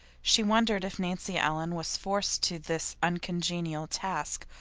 she wondered if nancy ellen was forced to this uncongenial task,